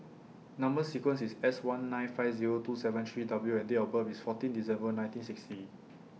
Number sequence IS S one nine five Zero two seven three W and Date of birth IS fourteen December nineteen sixty